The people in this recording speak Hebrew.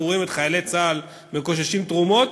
רואים את חיילי צה"ל מקוששים תרומות,